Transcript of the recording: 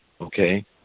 Okay